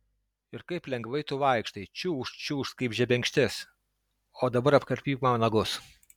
ir kaip lengvai tu vaikštai čiūžt čiūžt kaip žebenkštis o dabar apkarpyk man nagus